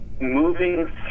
moving